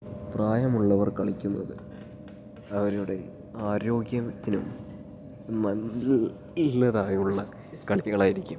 പ്രായമുള്ളവർ കളിക്കുന്നത് അവരുടെ ആരോഗ്യത്തിനും മല്ലു ഉള്ളതായുള്ള കളികൾ ആയിരിക്കും